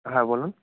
হ্যাঁ বলুন